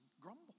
grumble